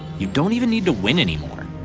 you don't even need to win anymore!